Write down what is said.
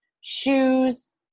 shoes